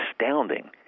astounding